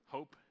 Hope